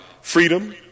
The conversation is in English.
freedom